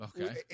Okay